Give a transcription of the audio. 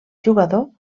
jugador